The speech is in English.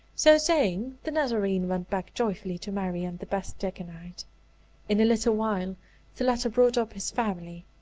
so saying, the nazarene went back joyfully to mary and the beth-dagonite. in a little while the latter brought up his family,